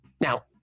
Now